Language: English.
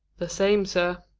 the same, sir.